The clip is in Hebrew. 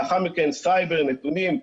לאחר מכן סייבר, נתונים.